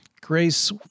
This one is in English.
Grace